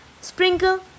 Sprinkle